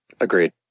Agreed